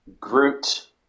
Groot